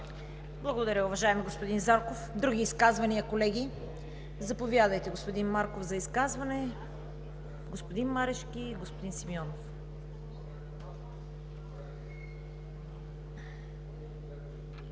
Благодаря, уважаеми господин Зарков. Други изказвания, колеги? Заповядайте, господин Марков, за изказване. Следват господин Марешки и господин Симеонов.